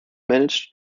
managed